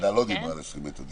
הוועדה לא דיברה על 20 מטר.